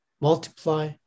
multiply